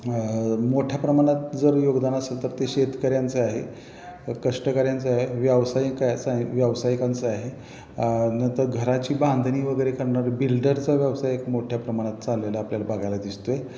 मोठ्या प्रमाणात जर योगदान असेल तर ते शेतकऱ्यांचं आहे कष्टकऱ्यांचं आहे व्यावसायिक व्यावसायिकांचं आहे नंतर घराची बांधणी वगैरे करणारे बिल्डरचा व्यवसाय एक मोठ्या प्रमाणात चाललेला आपल्याला बघायला दिसतो आहे